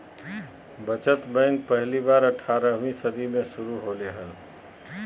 बचत बैंक पहली बार अट्ठारहवीं सदी में शुरू होले हल